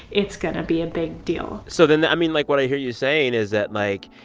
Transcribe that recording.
it's going to be a big deal so then, i mean, like, what i hear you saying is that, like,